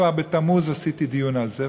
כבר בתמוז עשיתי דיון על זה,